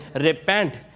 Repent